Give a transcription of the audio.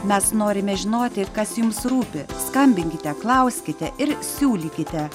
mes norime žinoti kas jums rūpi skambinkite klauskite ir siūlykite